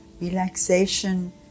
relaxation